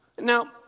Now